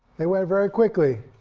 they went very quickly.